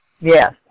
Yes